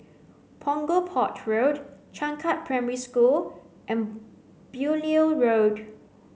Punggol Port Road Changkat Primary School and Beaulieu Road